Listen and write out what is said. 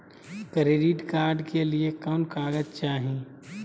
Credit card के लिए कौन कागज चाही?